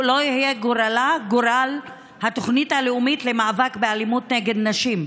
לא יהיה גורלה כגורל התוכנית הלאומית למאבק באלימות נגד נשים,